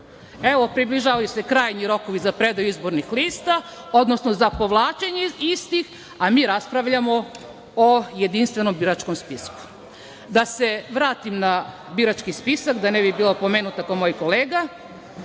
Približavaju se krajnji rokovi za predaju izbornih lista, odnosno za povlačenje istih, a mi raspravljamo o Jedinstvenim biračkom spisku. Da se vratim na birački spisak, da ne bi bila opomenuta kao moj kolega.